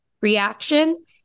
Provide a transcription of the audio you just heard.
reaction